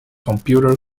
computer